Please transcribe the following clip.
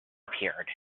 appeared